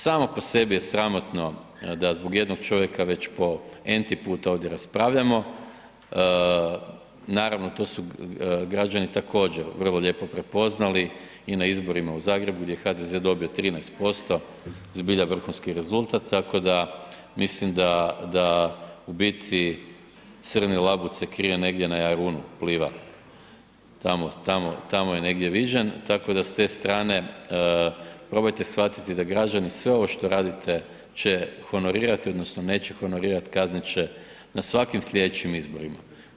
Samo po sebi je sramotno da zbog jednog čovjeka već po „n“-ti put ovdje raspravljamo, naravno to su građani također vrlo lijepo prepoznali i na izborima u Zagrebu gdje je HDZ dobio 13%, zbilja vrhunski rezultat, tako da mislim da, da u biti crni labud se krije negdje na Jarunu, pliva, tamo je negdje viđen, tako da s te strane probajte shvatiti da građani sve ovo što radite će honorirati odnosno neće honorirat, kaznit će na svakim slijedećim izborima.